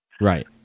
Right